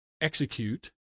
execute